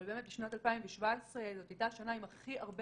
אבל באמת שנת 2017 זאת הייתה השנה עם הכי הרבה